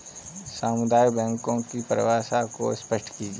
सामुदायिक बैंकों की परिभाषा को स्पष्ट कीजिए?